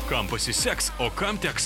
kam pasiseks o kam teks